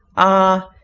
ah!